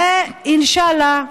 ואינשאללה,